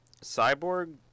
Cyborg